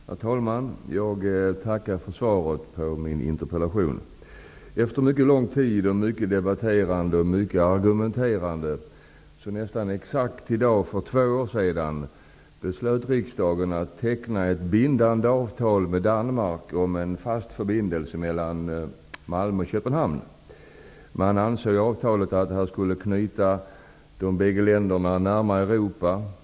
Herr talman! Jag tackar för svaret på min interpellation. Efter mycket lång tid och mycket debatterande och argumenterande beslöt riksdagen för nästan exakt två år sedan att teckna ett bindande avtal med Köpenhamn. Man anser i avtalet att detta skulle knyta bägge länderna närmare Europa.